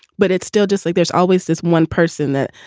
but it's still just like there's always this one person that,